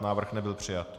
Návrh nebyl přijat.